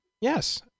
Yes